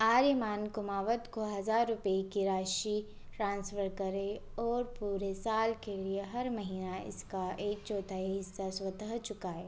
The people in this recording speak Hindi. आर्यमान कुमावत को हज़ार रुपये की राशि ट्रांसफ़र करें और पूरे साल के लिए हर महीना इसका एक चौथाई हिस्सा स्वतः चुकाएँ